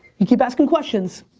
you keep asking questions,